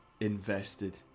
invested